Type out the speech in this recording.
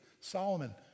solomon